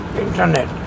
internet